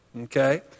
okay